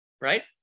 right